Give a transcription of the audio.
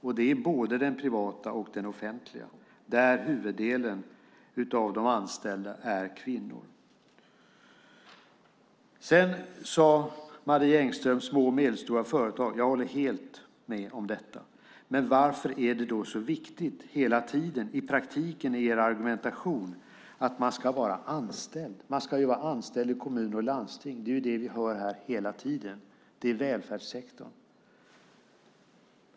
Det gäller både den privata och den offentliga sektor där huvuddelen av de anställda är kvinnor. Marie Engström tog upp små och medelstora företag. Jag håller helt med om det. Varför är det då i praktiken så viktigt, enligt argumentationen, att man ska vara anställd i kommun och landsting? Det är vad vi får höra hela tiden. Det är välfärdssektorn.